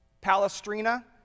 Palestrina